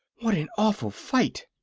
what an awful fight!